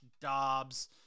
Dobbs